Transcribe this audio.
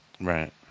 Right